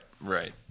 right